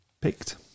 picked